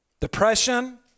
depression